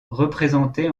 représentés